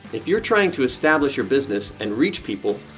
if you're trying to establish your business and reach people,